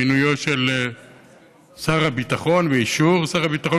מינויו של שר הביטחון ואישור שר הביטחון,